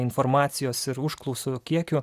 informacijos ir užklausų kiekiu